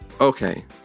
Okay